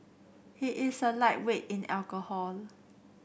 he is a lightweight in alcohol